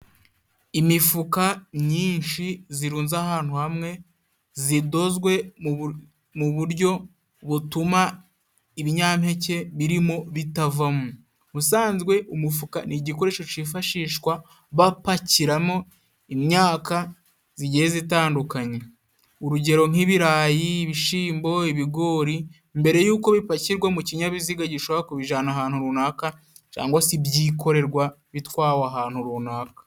Imifuka myinshi zirunze ahantu hamwe zidozwe mu buryo butuma ibinyampeke birimo bitavamo, ubusanzwe umufuka ni igikoresho cifashishwa bapakiramo imyaka zigiye zitandukanye; urugero nk'ibirayi ibishyimbo ibigori mbere y'uko bipakigwa mu kinyabiziga gishobora kubijana ahantu runaka, cangwa se ibyikoregwa bitwawe ahantu runaka.